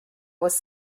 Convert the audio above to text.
was